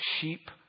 sheep